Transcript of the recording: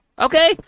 Okay